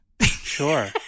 sure